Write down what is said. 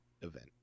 event